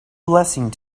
blessing